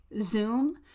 Zoom